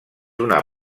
una